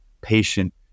patient